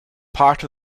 part